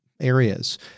areas